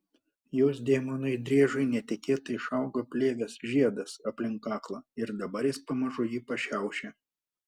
jos demonui driežui netikėtai išaugo plėvės žiedas aplink kaklą ir dabar jis pamažu jį pašiaušė